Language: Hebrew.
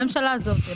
הממשלה הזאת.